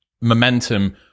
momentum